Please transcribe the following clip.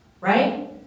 Right